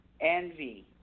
envy